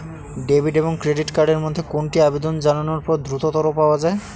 Debit এবং credit card এর মধ্যে কোনটি আবেদন জানানোর পর দ্রুততর পাওয়া য়ায়?